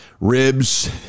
ribs